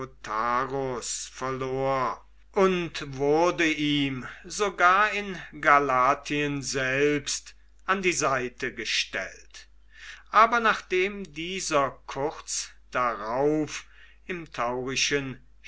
deiotarus verlor und wurde ihm sogar in galatien selbst an die seite gestellt aber nachdem dieser kurz darauf im taurischen